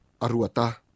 Aruata